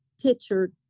pictured